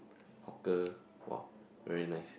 the !wah! very nice